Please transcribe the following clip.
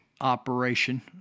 operation